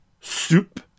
soup